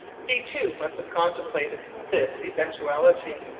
he, too, must have contemplated this eventuality,